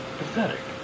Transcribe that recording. pathetic